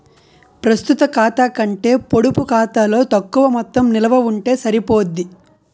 ప్రస్తుత ఖాతా కంటే పొడుపు ఖాతాలో తక్కువ మొత్తం నిలవ ఉంటే సరిపోద్ది